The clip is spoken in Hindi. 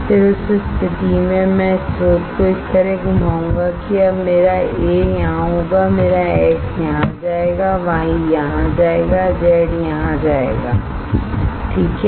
फिर उस स्थिति में मैं स्रोत को इस तरह घुमाऊँगा कि अब मेरा A यहाँ होगा मेरा X यहाँ जाएगा Y यहाँ जाएगा Z यहाँ जाएगा ठीक है